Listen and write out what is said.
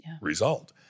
result